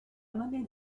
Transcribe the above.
monnaie